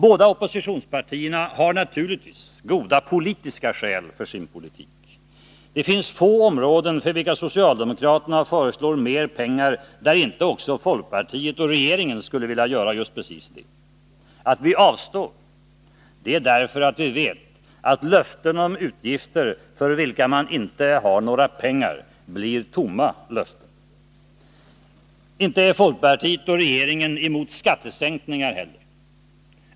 Båda oppositionspartierna har naturligtvis goda politiska skäl för sin politik. Det finns få områden för vilka socialdemokraterna föreslår mer pengar, där inte också folkpartiet och regeringen skulle vilja göra just det. Att vi avstår beror på att vi vet att löften om utgifter för vilka man inte har några pengar blir tomma löften. Inte är folkpartiet och regeringen emot skattesänkningar heller.